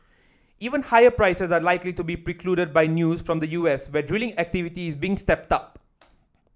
even higher prices are likely to be precluded by news from the U S where drilling activity is being stepped up